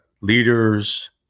leaders